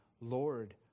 Lord